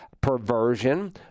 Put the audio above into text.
perversion